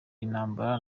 intambara